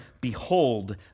Behold